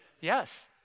Yes